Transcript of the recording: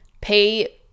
pay